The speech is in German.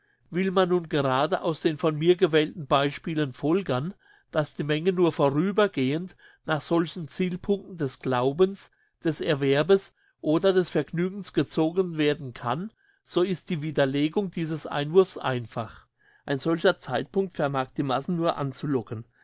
will man nun gerade aus den von mir gewählten beispielen folgern dass die menge nur vorübergehend nach solchen zielpunkten des glaubens des erwerbes oder des vergnügens gezogen werden kann so ist die widerlegung dieses einwurfs einfach ein solcher zielpunkt vermag die massen nur anzulocken